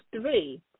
three